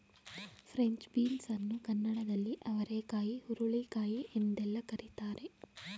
French beans ಅನ್ನು ಕನ್ನಡದಲ್ಲಿ ಅವರೆಕಾಯಿ ಹುರುಳಿಕಾಯಿ ಎಂದೆಲ್ಲ ಕರಿತಾರೆ